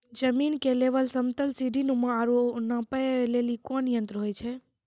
जमीन के लेवल समतल सीढी नुमा या औरो नापै लेली कोन यंत्र होय छै?